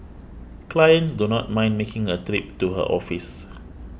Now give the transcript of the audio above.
clients do not mind making a trip to her office